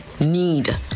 need